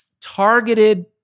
targeted